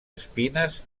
espines